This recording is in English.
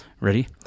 Ready